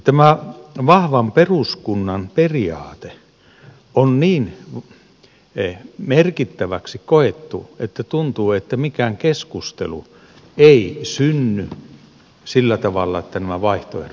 tämä vahvan peruskunnan periaate on niin merkittäväksi koettu että tuntuu että mikään keskustelu ei synny sillä tavalla että nämä vaihtoehdot nousevat esille